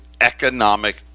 economic